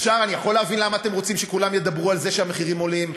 אני יכול להבין למה אתם רוצים שכולם ידברו על זה שהמחירים עולים.